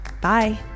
Bye